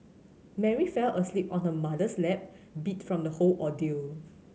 Mary fell asleep on her mother's lap beat from the whole ordeal